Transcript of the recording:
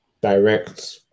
direct